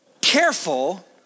Careful